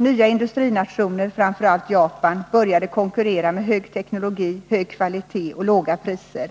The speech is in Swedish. Nya industrinationer, framför allt Japan, började konkurrera med hög teknologi, hög kvalitet och låga priser,